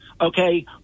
okay